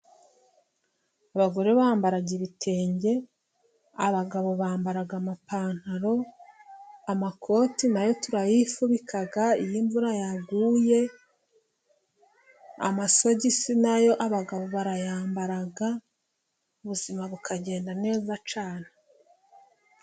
Abagore bambara ibitenge, abagabo bambara amapantaro. Amakoti nayo turayifubika, iyo imvura yaguye. Amasogisi na yo abagabo barayambaraga ubuzima bukagenda neza cyane.